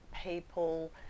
people